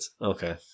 Okay